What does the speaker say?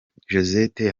josette